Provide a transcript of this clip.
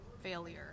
failure